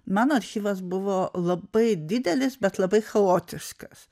mano archyvas buvo labai didelis bet labai chaotiškas